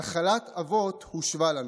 נחלת אבות הושבה לנו.